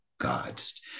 God's